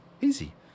Easy